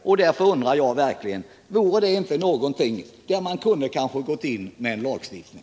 Och därför undrar jag om det inte är ett sådant fall där man kanske kunde agera med hjälp av en lagstiftning.